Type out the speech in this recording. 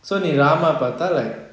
so நீ ராம் பாத:nee ram paatha like